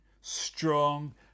strong